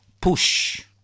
push